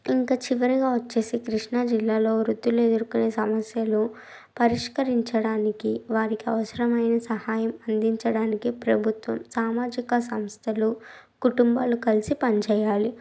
ఇంకా చివరిగా వచ్చి కృష్ణాజిల్లాలో వృద్దులు ఎదుర్కొనే సమస్యలు పరిష్కరించడానికి వారికి అవసరమైన సహాయం అందించడానికి ప్రభుత్వం సామాజిక సంస్థలు కుటుంబాలు కలిసి పనిచేయాలి